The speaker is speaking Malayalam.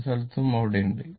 പല സ്ഥലങ്ങളും അവിടെയുണ്ട്